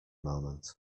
moment